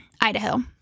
Idaho